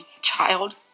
child